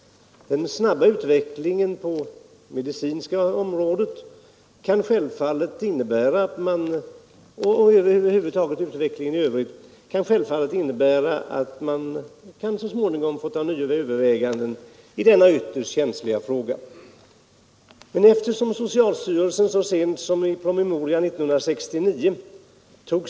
Den snabba utvecklingen på det medicinska området och utvecklingen i övrigt kan självfallet innebära att man så småningom måste göra nya överväganden i denna ytterst känsliga fråga. Socialstyrelsen tog ställning i en PM så sent som 1969.